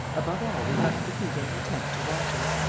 above all, we must defeat any attempt to watch us.